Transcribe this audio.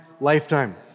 lifetime